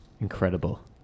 Incredible